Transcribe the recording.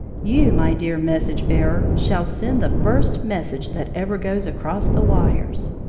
you, my dear message-bearer, shall send the first message that ever goes across the wires.